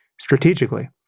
strategically